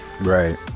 Right